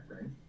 right